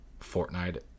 fortnite